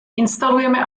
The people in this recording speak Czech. instalujeme